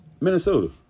Minnesota